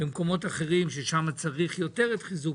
ובמקומות אחרים ששם צריך יותר את חיזוק